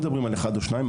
או שניים,